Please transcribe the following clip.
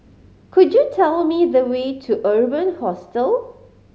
could you tell me the way to Urban Hostel